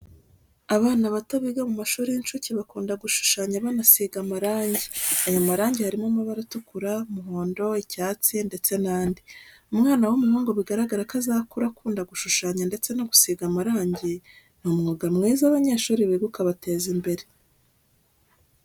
Abana bato biga mu mashuri y'incuke bakunda gushushanya banasiga amarangi, ayo marangi harimo amabara atukura, umuhondo, icyatsi, ndetse n'andi. Umwana w'umuhungu biragaraga ko azakura akunda gushushanya ndetse no gusiga amarange, ni umwuga mwiza abanyeshuri biga ukabateza imbere.